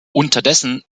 unterdessen